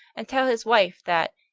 and tell his wife that,